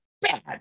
bad